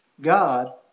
God